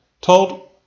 told